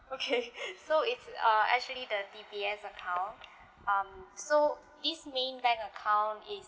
okay so it's uh actually the D_B_S account um so this main bank account is